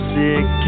sick